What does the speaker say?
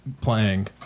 playing